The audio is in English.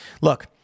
Look